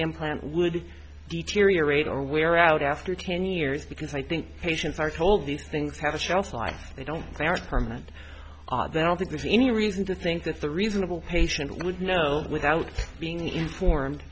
implant would deteriorate or wear out after ten years because i think patients are told these things have a shelf life they don't they are permanent they don't think there's any reason to think that's a reasonable patient would know without being informed